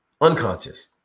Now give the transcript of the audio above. unconscious